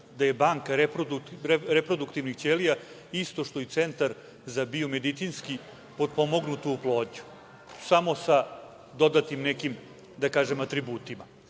da je banka reproduktivnih ćelija isto što i centar za biomedicinski potpomognutu oplodnju, samo sa dodatim nekim, da kažem, atributima.